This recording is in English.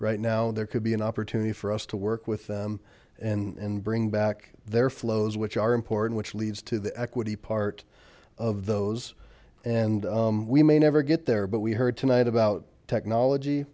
right now there could be an opportunity for us to work with them and and bring back their flows which are important which leads to the equity part of those and we may never get there but we heard tonight about technology